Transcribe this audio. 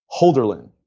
Holderlin